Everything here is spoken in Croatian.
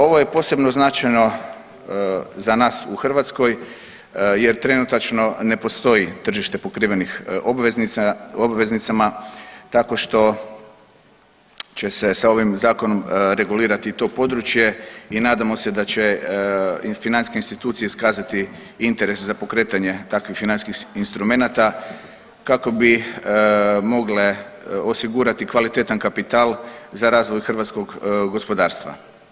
Ovo je posebno značajno za nas u Hrvatskoj jer trenutačno ne postoji tržište pokrivenih obveznica, obveznicama, tako što će se sa ovim zakonom regulirati i to područje i nadamo se da će i financijske institucije iskazati interes za pokretanje takvih financijskih instrumenata kako bi mogle osigurati kvalitetan kapital za razvoj hrvatskog gospodarstva.